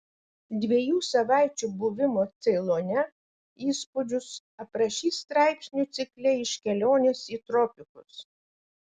dviejų savaičių buvimo ceilone įspūdžius aprašys straipsnių cikle iš kelionės į tropikus